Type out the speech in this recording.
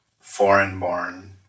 foreign-born